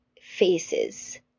faces